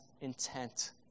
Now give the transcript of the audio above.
intent